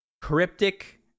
cryptic